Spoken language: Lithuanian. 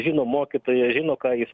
žino mokytoją žino ką jis